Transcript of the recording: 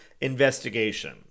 investigation